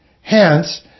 Hence